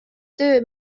töö